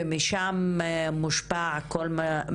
ומשם מושפע הכל.